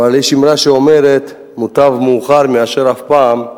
אבל יש אמרה שאומרת: מוטב מאוחר מאשר אף פעם,